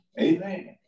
amen